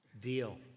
deal